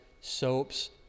soaps